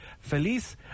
feliz